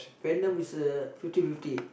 venom is a fifty fifty